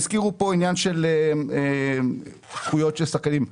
הזכירו פה עניין של זכויות של שחקנים,